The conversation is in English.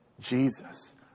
Jesus